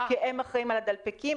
שהם אחראים על הדלפקים,